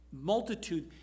Multitude